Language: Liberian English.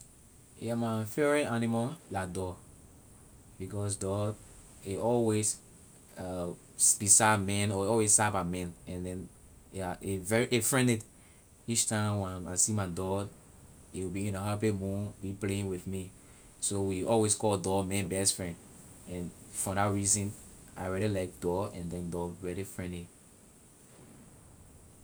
Yeah my favorite animal la dog because dog a always uh beside men or always side my men and then a very a friendly each time when I see my dog a will be in a happy mood be playing with me so we always call dog man best friend and from that reason I really like dog and then dog really friendly.